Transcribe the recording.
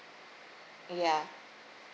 ya